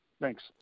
Thanks